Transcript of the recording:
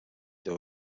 deal